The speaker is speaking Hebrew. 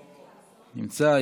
נמצא.